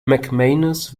mcmanus